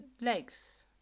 legs